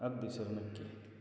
अगदी सर नक्की